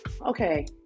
okay